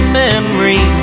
memory